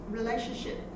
relationship